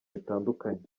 bitandukanye